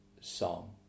song